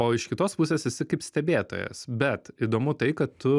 o iš kitos pusės esi kaip stebėtojas bet įdomu tai kad tu